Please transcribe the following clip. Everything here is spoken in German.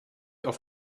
auf